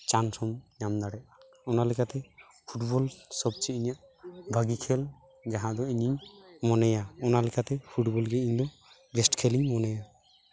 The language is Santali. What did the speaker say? ᱪᱟᱱᱥ ᱦᱚᱸᱢ ᱧᱟᱢ ᱫᱟᱮᱭᱟᱜᱼᱟ ᱚᱱᱟ ᱞᱮᱠᱛᱮ ᱯᱷᱩᱴᱵᱚᱞ ᱥᱚᱵᱪᱮᱭᱮ ᱤᱧᱟᱹᱜ ᱵᱷᱟᱜᱤ ᱠᱷᱮᱞ ᱡᱟᱦᱟᱸ ᱫᱚ ᱤᱧᱤᱧ ᱢᱚᱱᱮᱭᱟ ᱚᱱᱟ ᱞᱮᱠᱟᱛᱮ ᱯᱷᱩᱴᱵᱚᱞ ᱜᱮ ᱤᱧᱫᱚ ᱵᱮᱥᱴ ᱠᱷᱮᱞᱤᱧ ᱢᱚᱱᱮᱭᱟ